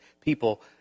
people